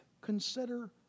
consider